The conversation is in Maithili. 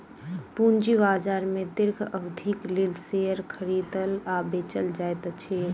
पूंजी बाजार में दीर्घ अवधिक लेल शेयर खरीदल आ बेचल जाइत अछि